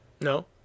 No